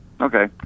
Okay